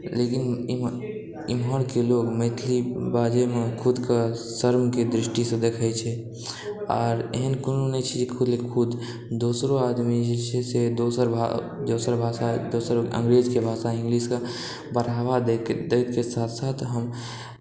लेकिन इमहरके लोग मैथिली बाजैमे खुदके शर्मके दृष्टिसँ देखै छै आर एहेन कोनो नहि छै जे खुलि कऽ दोसरो आदमी जे छै से दोसर दोसर भाषा दोसरके भाषा अंग्रेजके भाषा इंगलिशके बढ़ावा दै के साथ साथ हम